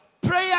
prayer